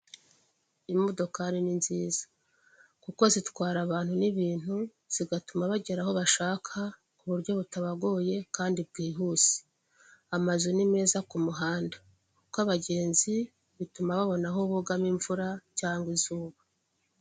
Imodokari ni nziza kuko zitwara abantu n'ibintu zigatuma bagera aho bashaka ku buryo butabagoye kandi bwihuse. Amazu ni meza ku muhanda kuko abagenzi bituma babona aho bugama imvura cyangwa izuba.